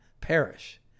perish